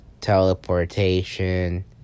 teleportation